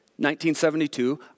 1972